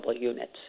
units